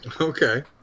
Okay